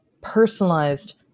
personalized